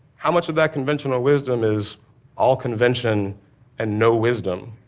how much of that conventional wisdom is all convention and no wisdom?